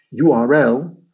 URL